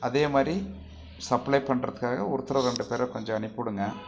அதே மாதிரி சப்ளை பண்ணுறதுக்காக ஒருத்தரை ரெண்டு பேரை கொஞ்சம் அனுப்பிடுங்க